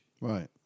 right